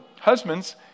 Husbands